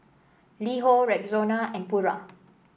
LiHo Rexona and Pura